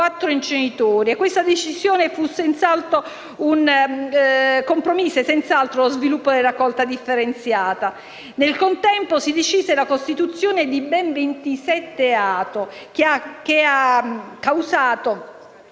quattro inceneritori e questa decisione compromise senz'altro lo sviluppo della raccolta differenziata. Nel contempo si decise la costituzione di ben 27 ATO, che hanno causato